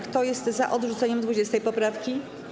Kto jest za odrzuceniem 20. poprawki?